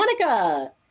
Monica